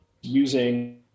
using